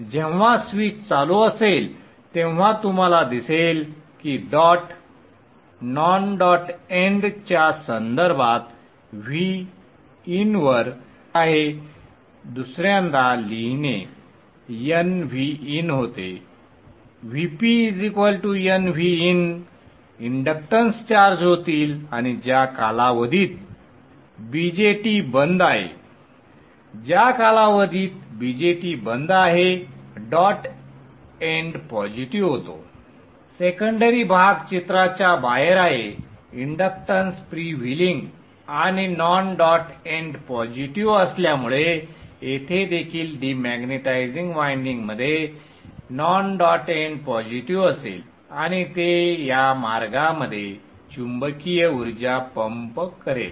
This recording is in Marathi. जेव्हा स्विच चालू असेल तेव्हा तुम्हाला दिसेल की डॉट नॉन डॉट एंड च्या संदर्भात Vin वर आहे दुसऱ्यांदा लिहिणे nVin होते Vp nVin इंडक्टन्स चार्ज होतील आणि ज्या कालावधीत संदर्भ वेळ 0458 BJT बंद आहे डॉट एंड पॉझिटिव्ह होतो सेकंडरी भाग चित्राच्या बाहेर आहे इंडक्टन्स फ्रीव्हीलींग आणि नॉन डॉट एंड पॉझिटिव्ह असल्यामुळे येथे देखील डिमॅग्नेटिझिंग वाइंडिंगमध्ये नॉन डॉट एंड पॉझिटिव्ह असेल आणि ते या मार्गामध्ये चुंबकीय ऊर्जा पंप करेल